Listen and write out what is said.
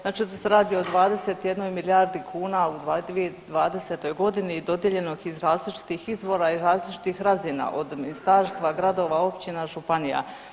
Znači tu se radi o 21 milijardi kuna u 2020. godini i dodijeljenih iz različitih izvora i različitih razina od ministarstva, gradova, općina, županija.